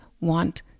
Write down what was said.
want